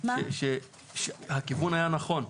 זה דווקא אומר שהכיוון היה נכון,